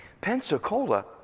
pensacola